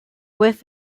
whiff